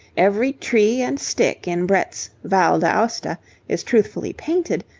every tree and stick in brett's val d'aosta is truthfully painted,